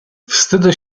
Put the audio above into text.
wstydzę